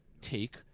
take